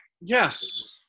yes